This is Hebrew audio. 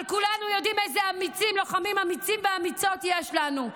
אבל כולנו יודעים איזה לוחמים ולוחמות אמיצים יש לנו,